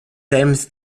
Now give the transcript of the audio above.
temps